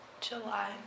July